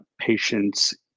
patients